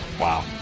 Wow